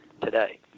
today